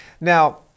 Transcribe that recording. Now